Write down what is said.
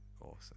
awesome